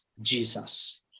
Jesus